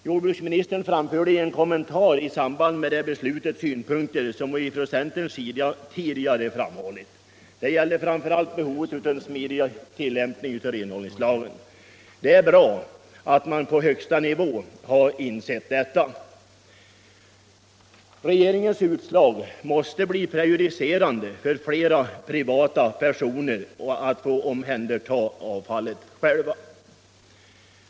Jordbruksministern anförde i en kommentar i samband med beslutet samma synpunkter som vi från centerns sida tidigare har givit uttryck för. Framför allt gäller detta behovet av en smidig tilllämpning av renhållningslagen. Det är bra att man även på högsta nivå har insett detta. Regeringens utslag måste bli prejudicerande för flera privata personer att få omhänderta avfallet själva.